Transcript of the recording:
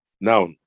Now